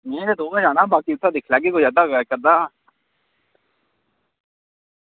में ते तोह् गै जाना बाकी उत्थें दिक्खी लैगे कोई इक्क अद्धा